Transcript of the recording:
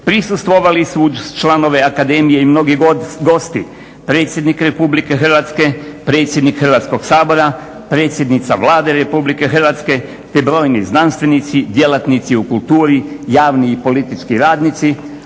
prisustvovali su uz članove Akademije i mnogi gosti: predsjednik Republike Hrvatske, predsjednik Hrvatskog sabora, predsjednica Vlade Republike Hrvatske, te brojni znanstvenici, djelatnici u kulturi, javni i politički radnici,